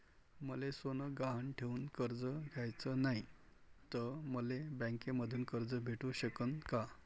मले सोनं गहान ठेवून कर्ज घ्याचं नाय, त मले बँकेमधून कर्ज भेटू शकन का?